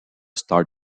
star